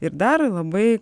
ir dar labai